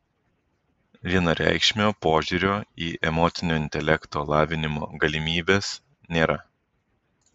vienareikšmio požiūrio į emocinio intelekto lavinimo galimybes nėra